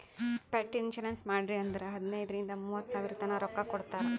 pet insurance ಮಾಡ್ರಿ ಅಂದುರ್ ಹದನೈದ್ ರಿಂದ ಮೂವತ್ತ ಸಾವಿರತನಾ ರೊಕ್ಕಾ ಕೊಡ್ತಾರ್